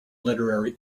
literary